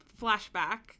flashback